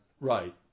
right